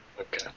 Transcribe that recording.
Okay